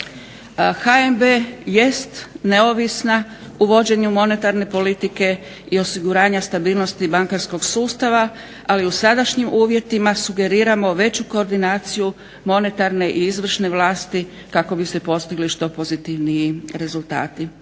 HNB jest neovisna u vođenju monetarne politike i osiguranja stabilnosti bankarskog sustava, ali u sadašnjim uvjetima sugeriramo veću koordinaciju monetarne i izvršne vlasti kako bi se postigli što pozitivniji rezultati.